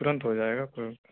ترنت ہو جائے گا کو